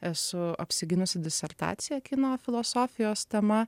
esu apsigynusi disertaciją kino filosofijos tema